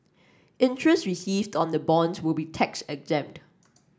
interest received on the bonds will be tax exempt